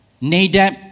Nadab